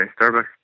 Starbucks